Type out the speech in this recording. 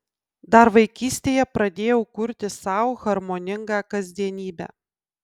dar vaikystėje pradėjau kurti sau harmoningą kasdienybę